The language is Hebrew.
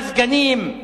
מזגנים.